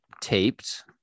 taped